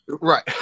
Right